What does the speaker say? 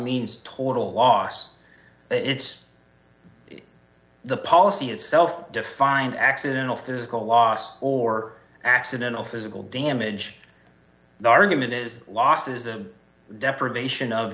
means total loss it's the policy itself defined accidental physical loss or accidental physical damage the argument is losses of deprivation of